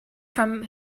from